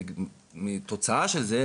כתוצאה מזה,